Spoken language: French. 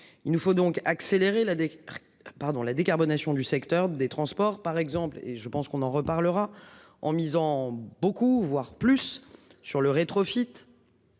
il nous faut donc accélérer la. Pardon la décarbonation du secteur des transports par exemple et je pense qu'on en reparlera en misant beaucoup voire plus sur le rétrofit.